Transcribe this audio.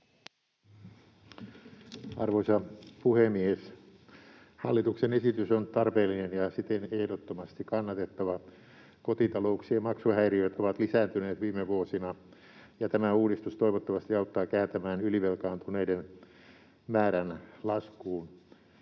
Arvoisa puhemies! Hallituksen esitys on tarpeellinen ja siten ehdottomasti kannatettava. Kotitalouksien maksuhäiriöt ovat lisääntyneet viime vuosina, ja tämä uudistus toivottavasti auttaa kääntämään ylivelkaantuneiden määrän laskuun.